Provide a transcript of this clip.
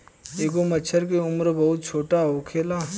एगो मछर के उम्र बहुत छोट होखेला